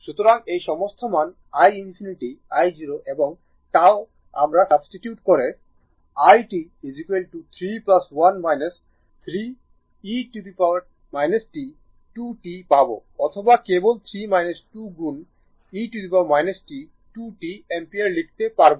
সুতরাং এই সমস্ত মান i ∞ i0 এবং τ আমরা সাবস্টিটিউট করে i t 3 1 3 e t 2 t পাব অথবা কেবল 3 2 গুণ e t 2 t অ্যাম্পিয়ার লিখতে পারব